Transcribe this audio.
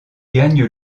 gagne